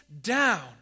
down